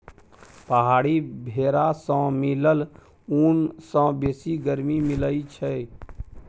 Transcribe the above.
पहाड़ी भेरा सँ मिलल ऊन सँ बेसी गरमी मिलई छै